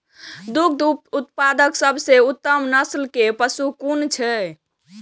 दुग्ध उत्पादक सबसे उत्तम नस्ल के पशु कुन छै?